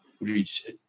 reach